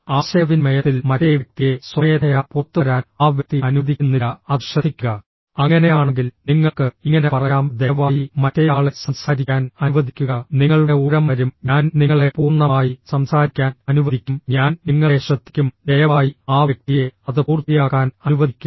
ആശയവിനിമയത്തിൽ മറ്റേ വ്യക്തിയെ സ്വമേധയാ പുറത്തുവരാൻ ആ വ്യക്തി അനുവദിക്കുന്നില്ല അത് ശ്രദ്ധിക്കുക അങ്ങനെയാണെങ്കിൽ നിങ്ങൾക്ക് ഇങ്ങനെ പറയാംഃ ദയവായി മറ്റേയാളെ സംസാരിക്കാൻ അനുവദിക്കുക നിങ്ങളുടെ ഊഴം വരും ഞാൻ നിങ്ങളെ പൂർണ്ണമായി സംസാരിക്കാൻ അനുവദിക്കും ഞാൻ നിങ്ങളെ ശ്രദ്ധിക്കും ദയവായി ആ വ്യക്തിയെ അത് പൂർത്തിയാക്കാൻ അനുവദിക്കുക